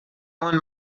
همون